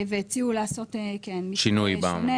והציעו לעשות מתווה שונה -- שינוי במנגנון,